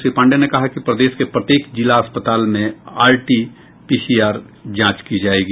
श्री पाण्डे ने कहा कि प्रदेश के प्रत्येक जिला अस्पताल में आरटी पीसीआर जांच की जाएगी